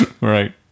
right